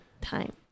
time